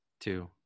two